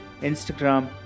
Instagram